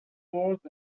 forth